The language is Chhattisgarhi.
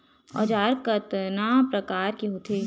औजार कतना प्रकार के होथे?